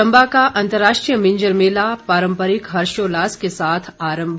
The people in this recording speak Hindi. चम्बा का अंतर्राष्ट्रीय मिंजर मेला पारम्परिक हर्षोल्लास के साथ आरम्भ